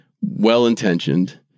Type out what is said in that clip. Well-intentioned